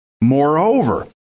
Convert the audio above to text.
Moreover